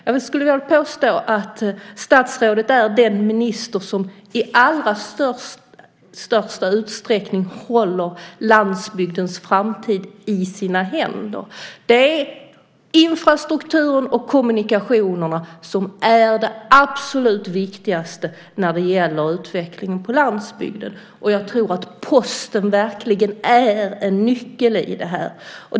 Jag skulle vilja påstå att statsrådet är den minister som i allra största utsträckning håller landsbygdens framtid i sina händer. Infrastrukturen och kommunikationerna är absolut viktigast när det gäller utvecklingen på landsbygden. Jag tror att Posten verkligen är en nyckel där.